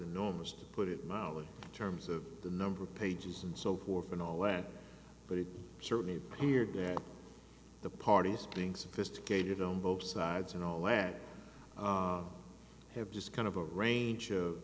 enormous to put it mildly terms of the number of pages and so forth and all that but it certainly appeared that the parties being sophisticated on both sides and all that have just kind of a range of